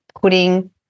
putting